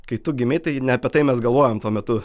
kai tu gimei tai ne apie tai mes galvojom tuo metu